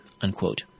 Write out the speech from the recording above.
unquote